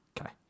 Okay